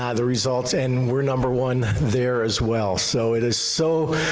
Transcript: ah the results and we're number one there as well so it is so.